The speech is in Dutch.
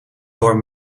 door